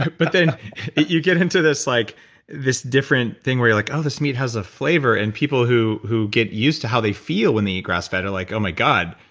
but then you get into this like this different thing where you're like, oh, this meat has a flavor and people who who get used to how they feel when the eat grass fed are like oh my god,